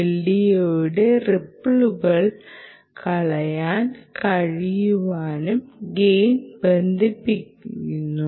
LDOയുടെ റിപ്പിളുകൾ കളയാനുള്ള കഴിവുമായും ഗെയിൻ ബന്ധപ്പെട്ടിരിക്കുന്നു